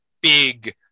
big